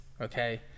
okay